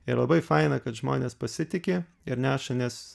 ir labai faina kad žmonės pasitiki ir neša nes